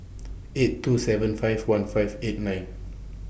eight two seven five one five eight nine